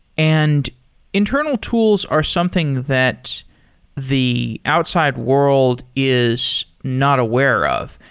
and internal tools are something that the outside world is not aware of.